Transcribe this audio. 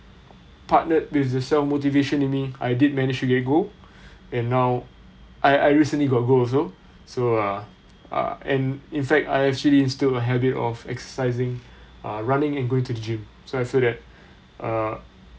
partnered with the self motivation in me I did manage to get gold and now I I recently got gold also so uh uh and in fact I actually instill a habit of exercising uh running and going to the gym so I feel that err